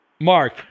Mark